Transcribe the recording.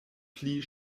pli